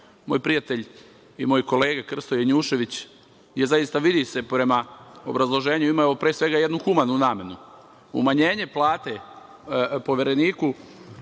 Moj prijatelj i moj kolega Krsto Janjušević je zaista, vidi se prema obrazloženju, imao pre svega jednu humanu nameru. Umanjenje plate Povereniku